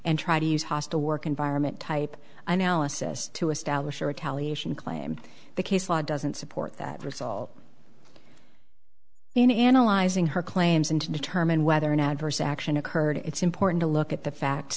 and try to use hostile work environment type analysis to establish a retaliation claim the case law doesn't support that result in analyzing her claims and to determine whether an adverse action occurred it's important to look at the fact